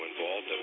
involved